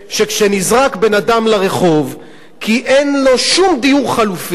שכשנזרק בן-אדם לרחוב כי אין לו שום דיור חלופי,